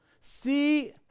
See